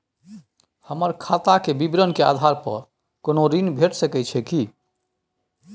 हमर खाता के विवरण के आधार प कोनो ऋण भेट सकै छै की?